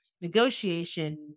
negotiation